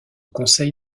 conseil